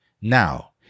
Now